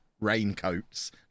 raincoats